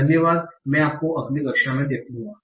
धन्यवाद मैं आपको अगली कक्षा में देखूंगा